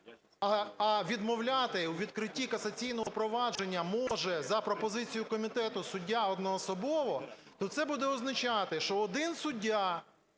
а відмовляти у відкритті касаційного провадження може за пропозицією комітету суддя одноособово, то це буде означати, що один суддя